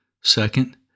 Second